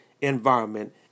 environment